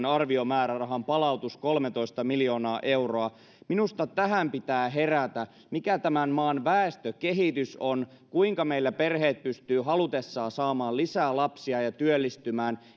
arviomäärärahan palautus kolmetoista miljoonaa euroa minusta tähän pitää herätä mikä tämän maan väestökehitys on kuinka meillä perheet pystyvät halutessaan saamaan lisää lapsia ja työllistymään